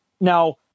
Now